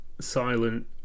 silent